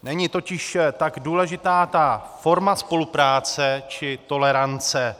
Není totiž tak důležitá ta forma spolupráce či tolerance.